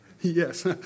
Yes